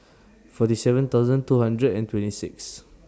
forty seven thousand two hundred and twenty six